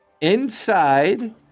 inside